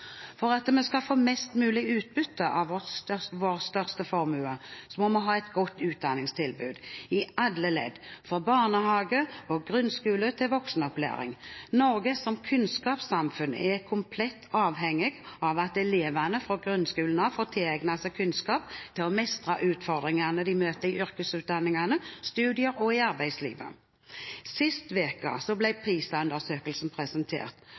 For at vi skal få best mulig utbytte av vår største formue, må vi ha et godt utdanningstilbud i alle ledd – fra barnehage og grunnskole til voksenopplæring. Norge som kunnskapssamfunn er komplett avhengig av at elevene fra grunnskolen av får tilegnet seg kunnskap til å mestre utfordringene de møter i yrkesutdanninger, studier og i arbeidslivet. Sist uke ble PISA-undersøkelsen presentert.